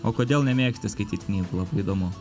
o kodėl nemėgsti skaityt knygų labai įdomu